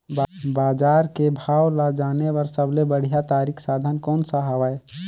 बजार के भाव ला जाने बार सबले बढ़िया तारिक साधन कोन सा हवय?